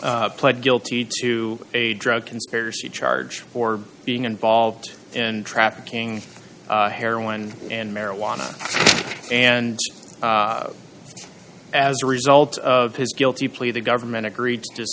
pled guilty to a drug conspiracy charge for being involved in trafficking heroin and marijuana and as a result of his guilty plea the government agreed